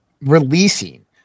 releasing